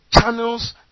channels